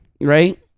Right